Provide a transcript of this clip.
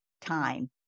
time